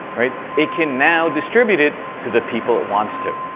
right? it can now distribute it to the people it wants to,